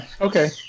Okay